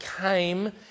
came